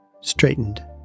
straightened